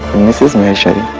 mrs. maheshwari,